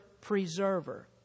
preserver